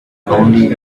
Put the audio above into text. only